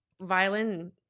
violin